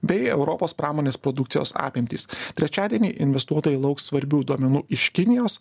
bei europos pramonės produkcijos apimtys trečiadienį investuotojai lauks svarbių duomenų iš kinijos